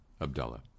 Abdullah